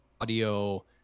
audio